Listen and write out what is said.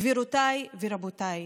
גבירותיי ורבותיי,